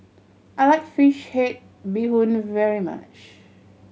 I like fish head bee hoon very much